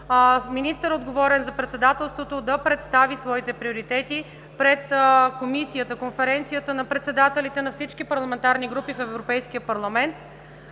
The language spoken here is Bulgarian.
министърът, отговорен за Председателството, да представи своите приоритети пред Комисията – Конференцията на председателите на всички парламентарни групи в Европейския парламент.